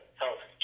health